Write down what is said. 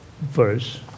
verse